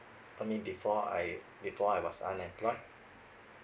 uh mean before I before I was unemployed